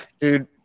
dude